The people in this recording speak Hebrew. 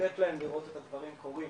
לתת להם לראות את הדברים קורים.